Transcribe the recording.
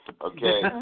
Okay